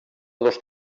dos